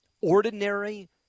ordinary